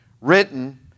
written